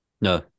no